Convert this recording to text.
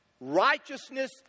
righteousness